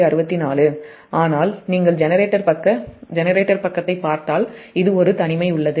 264 ஆனால் நீங்கள் ஜெனரேட்டர் பக்கத்தைப் பார்த்தால் இது ஒரு தனிமை உள்ளது